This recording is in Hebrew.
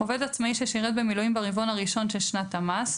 "(ב)עובד עצמאי ששירת במילואים ברבעון הראשון של שנת המס,